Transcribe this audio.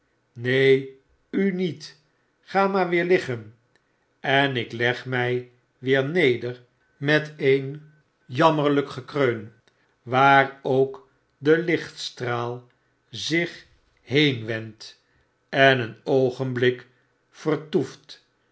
neen u niet ga maar weer liggen en ik leg my weer neder met een jammerlyk gekreun waar ook de lichtstraal zich heen wendt en een oogenblik vertoeft